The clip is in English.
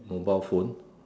mobile phone